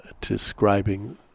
describing